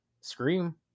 Scream